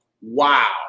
wow